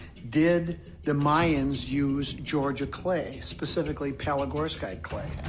did the mayans use georgia clay, specifically palygorskite clay?